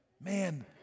Man